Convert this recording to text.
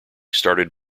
started